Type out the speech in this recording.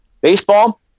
baseball